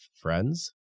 friends